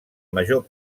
major